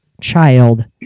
child